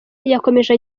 yakomeje